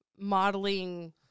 modeling